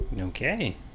Okay